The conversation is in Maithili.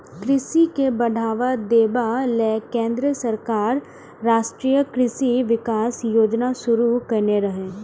कृषि के बढ़ावा देबा लेल केंद्र सरकार राष्ट्रीय कृषि विकास योजना शुरू केने रहै